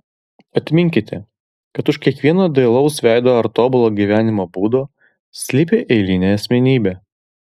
atminkite kad už kiekvieno dailaus veido ar tobulo gyvenimo būdo slypi eilinė asmenybė